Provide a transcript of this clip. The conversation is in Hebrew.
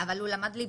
אבל הוא למד ליבה.